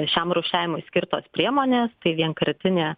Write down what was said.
šiam rūšiavimui skirtos priemonės tai vienkartinė